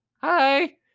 hi